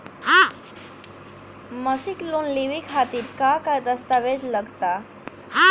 मसीक लोन लेवे खातिर का का दास्तावेज लग ता?